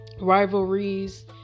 rivalries